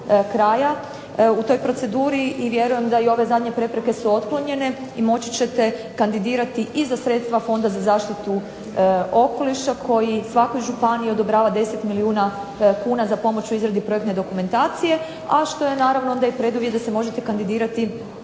u toj proceduri i vjerujem da su i ove zadnje prepreke su otklonjene i moći ćete kandidirati i za sredstva Fonda za zaštitu okoliša koji svakoj županiji odobrava 10 milijuna kuna za pomoć u izradi projektne dokumentacije, a što je naravno onda preduvjet da se možete kandidirati